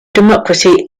democracy